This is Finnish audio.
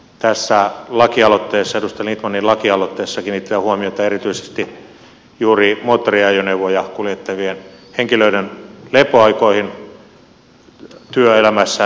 tässä lakialoitteessa edustaja lindtmanin lakialoitteessa kiinnitetään huomiota erityisesti juuri moottoriajoneuvoja kuljettavien henkilöiden lepoaikoihin työelämässään ja työssään